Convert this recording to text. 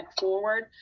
forward